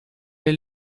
est